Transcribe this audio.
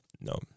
No